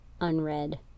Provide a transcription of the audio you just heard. unread